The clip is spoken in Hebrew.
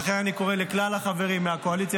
לכן אני קורא לכלל החברים מהקואליציה